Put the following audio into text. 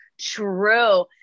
true